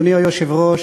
אדוני היושב-ראש,